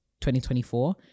2024